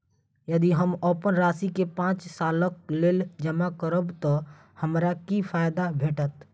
यदि हम अप्पन राशि केँ पांच सालक लेल जमा करब तऽ हमरा की फायदा भेटत?